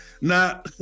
Now